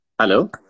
Hello